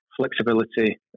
flexibility